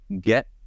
get